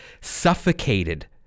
suffocated